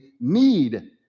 need